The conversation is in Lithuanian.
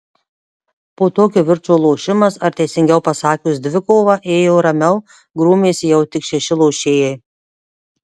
po to kivirčo lošimas ar teisingiau pasakius dvikova ėjo ramiau grūmėsi jau tik šeši lošėjai